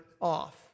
off